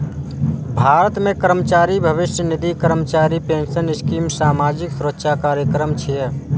भारत मे कर्मचारी भविष्य निधि, कर्मचारी पेंशन स्कीम सामाजिक सुरक्षा कार्यक्रम छियै